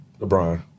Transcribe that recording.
LeBron